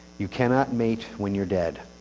you cannot mate when you're dead.